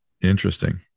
Interesting